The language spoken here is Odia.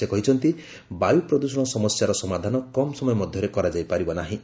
ସେ କହିଛନ୍ତି ବାୟୁପ୍ରଦୃଷଣ ସମସ୍ୟାର ସମାଧାନ କମ୍ ସମୟ ମଧ୍ୟରେ କରାଯାଇ ପାରିବ ନାହିଁ